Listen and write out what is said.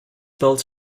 belts